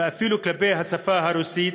ואפילו כלפי השפה הרוסית,